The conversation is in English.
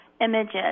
images